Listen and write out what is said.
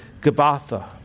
Gabbatha